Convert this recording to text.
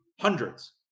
hundreds